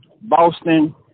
Boston